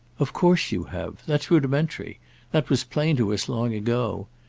of course you have. that's rudimentary that was plain to us long ago.